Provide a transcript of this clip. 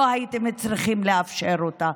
לא הייתם צריכים לאפשר אותה.